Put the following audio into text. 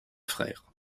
frère